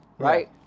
Right